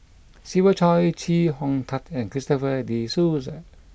Siva Choy Chee Kong Tet and Christopher De Souza